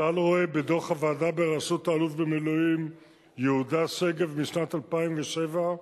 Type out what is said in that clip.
צה"ל רואה בדוח הוועדה בראשות האלוף במילואים יהודה שגב משנת 2007,